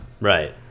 Right